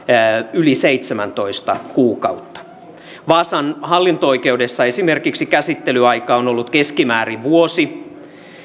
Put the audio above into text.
yli seitsemäntoista kuukautta vaasan hallinto oikeudessa esimerkiksi käsittelyaika on ollut keskimäärin vuosi